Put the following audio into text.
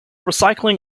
recycling